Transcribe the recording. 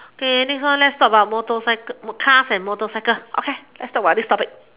okay next one let's talk about motor motorcycle and car let's talk about this topic